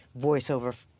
voiceover